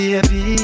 Baby